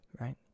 right